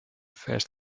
fest